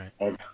right